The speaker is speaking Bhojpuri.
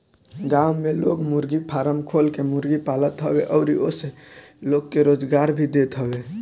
गांव में लोग मुर्गी फारम खोल के मुर्गी पालत हवे अउरी ओसे लोग के रोजगार भी देत हवे